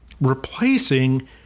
replacing